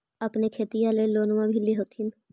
अपने खेतिया ले लोनमा भी ले होत्थिन?